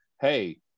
hey